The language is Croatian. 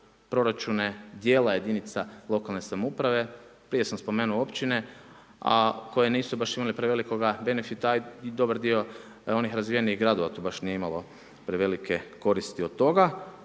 proračune dijela jedinica lokalne samouprave, prije sam spomenuo općine, a koje nisu baš imale prevelikoga benefita i dobar dio onih razvijenih gradova tu baš nije imalo prevelike koristi od toga.